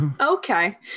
Okay